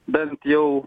bent jau